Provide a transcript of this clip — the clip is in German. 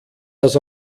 das